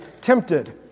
tempted